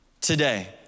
today